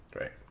Right